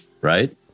Right